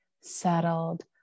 settled